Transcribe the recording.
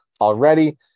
already